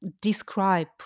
describe